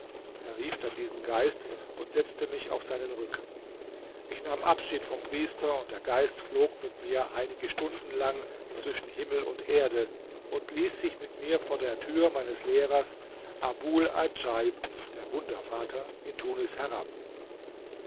er rief dann diesen geist und setzte mich auf seinen rücken ich nahm abschied vom priester und der geist flog mit mir einige stunden lang zwischen himmel und erde und ließ sich mit mir vor der tür meines lehrers abul adjaib der wundervater in tunis herab